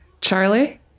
Charlie